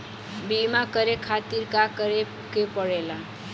बीमा करे खातिर का करे के पड़ेला?